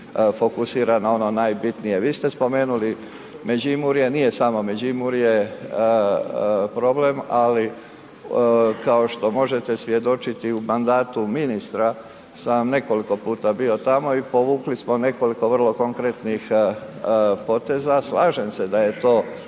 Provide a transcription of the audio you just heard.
fokusira na ono najbitnije. Vi ste spomenuli Međimurje, nije samo Međimurje problem ali kao što možete svjedočiti u mandatu ministra sam vam nekoliko puta bio tamo i povukli smo nekoliko vrlo konkretnih poteza. Slažem se da je to